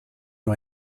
nur